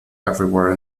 everywhere